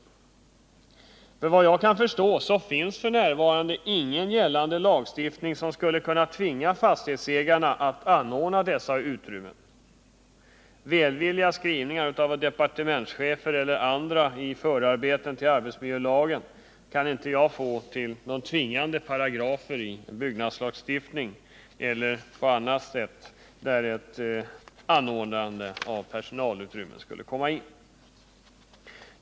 Enligt vad jag kan förstå finns f. n. ingen gällande lagstiftning som skulle kunna tvinga fastighetsägarna att anordna dessa utrymmen. Välvilliga skrivningar av departementschefer eller andra i förarbetena till arbetsmiljölagen. kan jag inte få till tvingande paragrafer i bygglagstiftning eller annorstädes där ett anordnande av personalutrymmen kommer in.